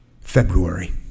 February